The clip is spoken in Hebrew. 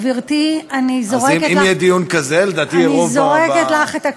גברתי, אני זורקת לך,